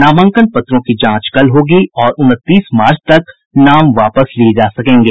नामांकन पत्रों की जांच कल होगी और उनतीस मार्च तक नाम वापस लिये जा सकेंगे